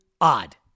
odd